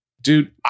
Dude